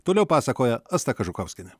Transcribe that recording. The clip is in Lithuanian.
toliau pasakoja asta kažukauskienė